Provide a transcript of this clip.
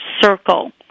circle